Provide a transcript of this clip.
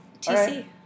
TC